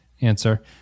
Answer